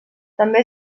també